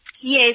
Yes